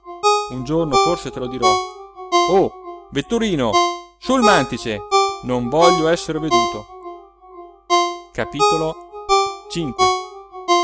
un giorno forse te lo dirò oh vetturino su il mantice non voglio esser veduto